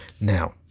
now